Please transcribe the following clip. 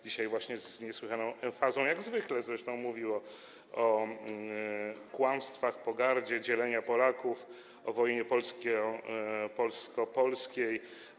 Dzisiaj właśnie z niesłychaną emfazą, jak zwykle zresztą, mówił o kłamstwach, pogardzie, dzieleniu Polaków, o wojnie polsko-polskiej.